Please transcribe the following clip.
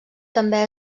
també